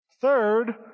Third